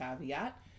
caveat